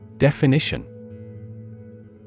Definition